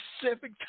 specific